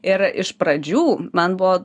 ir iš pradžių man buvo